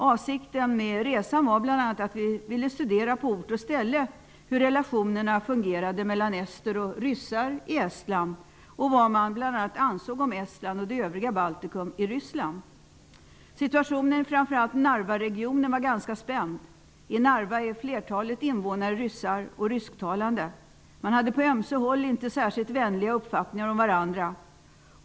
Avsikten var bl.a. att vi ville studera på ort och ställe hur relationerna fungerade mellan ester och ryssar i Estland och vad man ansåg om Situationen i framför allt Narvaregionen var ganska spänd. I Narva är flertalet invånare ryssar och rysktalande. Man hade på ömse håll inte särskilt vänliga uppfattningar om varandra.